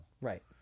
Right